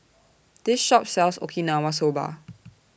This Shop sells Okinawa Soba